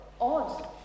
odd